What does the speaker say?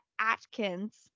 Atkins